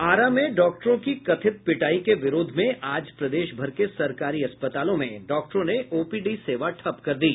आरा में डॉक्टरों की कथित पिटाई के विरोध में आज प्रदेश भर के सरकारी अस्पतालों में डॉक्टरों ने ओपीडी सेवा ठप्प कर दी